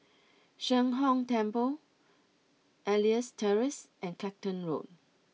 Sheng Hong Temple Elias Terrace and Clacton Road